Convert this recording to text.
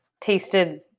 tasted